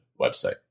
website